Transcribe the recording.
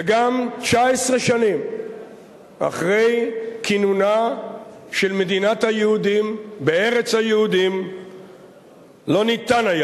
וגם 19 שנים אחרי כינונה של מדינת היהודים בארץ היהודים לא ניתן היה